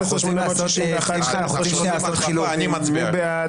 12,801 עד 12,820, מי בעד?